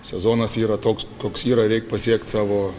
sezonas yra toks koks yra reik pasiekt savo